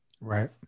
Right